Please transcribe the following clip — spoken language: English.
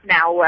Now